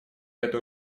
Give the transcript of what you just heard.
это